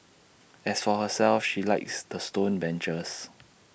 as for herself she likes the stone benches